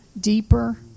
deeper